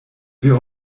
wir